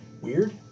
weird